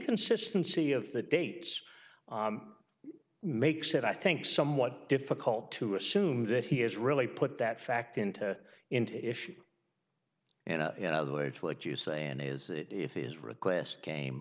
consistency of the dates makes it i think somewhat difficult to assume that he has really put that fact into into issue and in other words what you saying is that if his request came